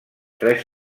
tres